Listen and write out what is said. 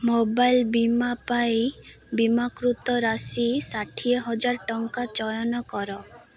mobile ବୀମା ପାଇଁ ବୀମାକୃତ ରାଶି ଷାଠିଏ ହଜାର ଟଙ୍କା ଚୟନ କର